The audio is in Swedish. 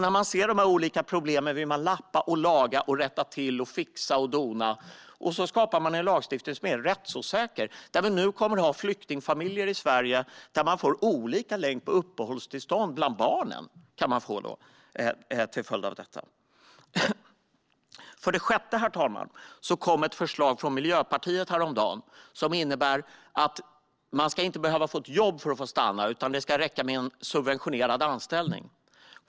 När man ser dessa olika problem vill man lappa och laga, rätta till, fixa och dona, och därigenom skapar man en lagstiftning som är rättsosäker. Vi kommer nu att ha flyktingfamiljer i Sverige där barnen till följd av detta kan få olika längd på uppehållstillståndet. För det sjätte, herr talman, kom det häromdagen ett förslag från Miljöpartiet som innebär att man inte ska behöva få ett jobb för att få stanna, utan det ska räcka med en subventionerad anställning.